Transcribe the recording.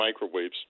microwaves